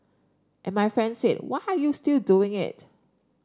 and my friend said why are you still doing it